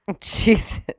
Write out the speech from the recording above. Jesus